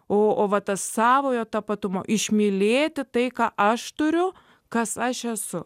o va tas savojo tapatumo išmylėti iai ką aš turiu kas aš esu